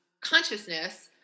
consciousness